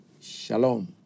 Shalom